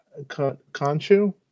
Conchu